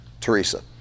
Teresa